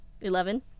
Eleven